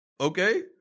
Okay